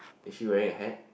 is she wearing a hat